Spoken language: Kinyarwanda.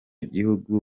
gihugu